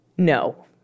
No